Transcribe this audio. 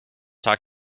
talk